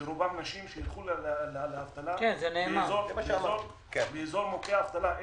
שרובן נשים, שילכו לאבטלה באזור מוכה אבטלה.